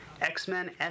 X-Men